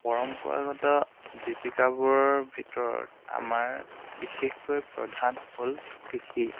পৰম্পৰাগত জীৱিকাবোৰৰ ভিতৰত আমাৰ বিশেষকৈ প্ৰধান হ'ল কৃষি